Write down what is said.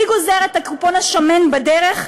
מי גוזר את הקופון השמן בדרך?